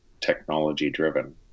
technology-driven